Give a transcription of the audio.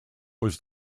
was